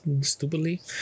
stupidly